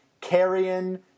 Carrion